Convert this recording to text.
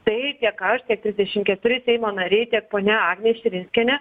tai tiek aš tiek trisdešimt keturi seimo nariai tiek ponia agnė širinskienė